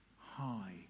high